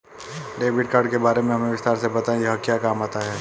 Debit card के बारे में हमें विस्तार से बताएं यह क्या काम आता है?